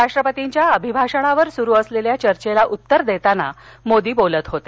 राष्ट्रपतींच्या अभिभाषणावर सुरु असलेल्या चर्घेला उत्तर देताना मोदी बोलत होते